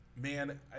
man